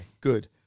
Good